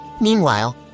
Meanwhile